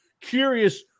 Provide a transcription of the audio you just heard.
curious